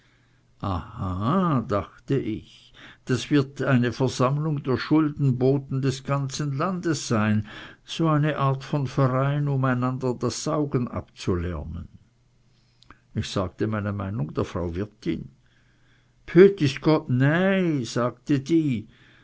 dachte ich das wird eine versammlung der schuldenboten des ganzen landes sein so eine art von verein um einander das saugen abzulernen ich sagte meine meinung der frau wirtin bhüet is gott nein sagte die